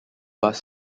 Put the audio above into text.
bus